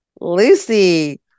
Lucy